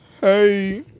Hey